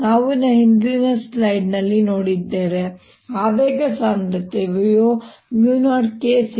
ನಾವು ಹಿಂದಿನ ಸ್ಲೈಡ್ನಲ್ಲಿ ನೋಡಿದ್ದೇವೆ ಆವೇಗ ಸಾಂದ್ರತೆಯು 0kσ